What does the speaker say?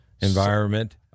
environment